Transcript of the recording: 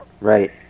Right